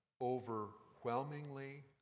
Overwhelmingly